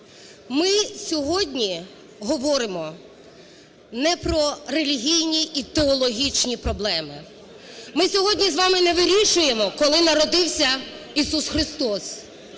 Ми сьогодні говоримо не про релігійні і теологічні проблеми. Ми сьогодні з вами не вирішуємо, коли народився Ісус Христос.